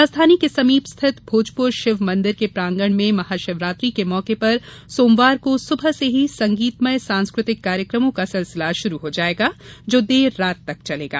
राजधानी के समीप रिथित भोजपुर शिव मंदिर के प्रांगण में महाशिवरात्रि के मौके पर सोमवार को सुबह से ही संगीतमय सांस्कृतिक कार्यक्रमों का सिलसिला शुरू हो जायेगा जो देर रात तक चलेगा